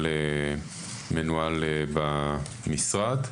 מנוהל במשרד.